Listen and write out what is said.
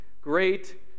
great